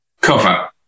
cover